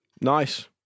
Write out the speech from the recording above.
Nice